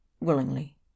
Willingly